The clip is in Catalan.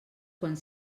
quan